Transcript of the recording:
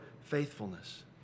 faithfulness